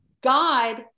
God